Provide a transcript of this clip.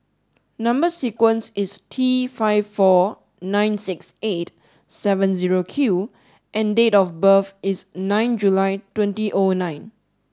number sequence is T five four nine six eight seven zero Q and date of birth is nine July twenty O nine